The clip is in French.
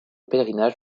pèlerinage